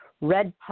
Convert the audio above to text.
red